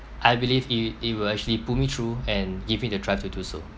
I believe it will it will actually put me through and give me the drive to do so